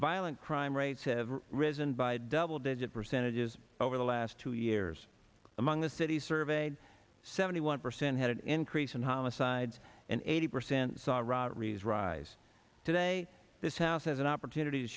violent crime rates have risen by double digit percentages over the last two years among the cities surveyed seventy one percent had an increase in homicides and eighty percent saw the robberies rise today this house as an opportunity to